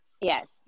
yes